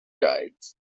guides